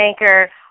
anchor